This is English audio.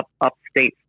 upstate